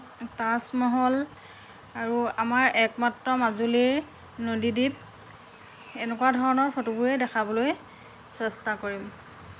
তাজমহল আৰু আমাৰ একমাত্ৰ মাজুলীৰ নদীদ্বীপ এনেকুৱা ধৰণৰ ফটোবোৰে দেখাবলৈ চেষ্টা কৰিম